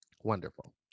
Wonderful